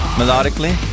melodically